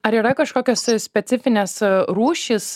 ar yra kažkokios specifinės rūšys